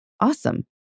awesome